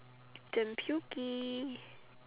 damn pokey